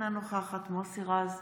אינה נוכחת מוסי רז,